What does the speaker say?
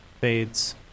Fades